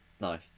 No